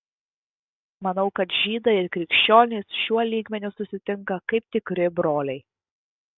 manau kad žydai ir krikščionys šiuo lygmeniu susitinka kaip tikri broliai